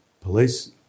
police